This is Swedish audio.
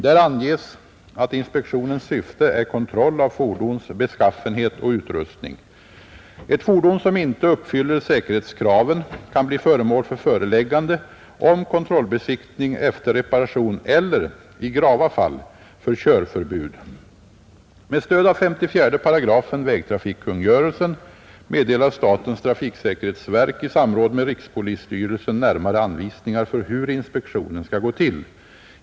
Där anges att inspektionens syfte är kontroll av fordons beskaffenhet och utrustning. Ett fordon som inte uppfyller säkerhetskraven kan bli föremål för föreläggande om kontrollbesiktning efter reparation eller — i grava fall — för körförbud. Med stöd av 54 8 vägtrafikkungörelsen meddelar statens trafiksäkerhetsverk i samråd med rikspolisstyrelsen närmare anvisningar för hur inspektionen skall gå till.